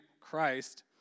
Christ